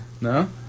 No